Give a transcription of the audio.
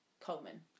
Coleman